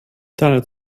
tanne